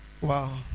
Wow